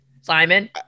Simon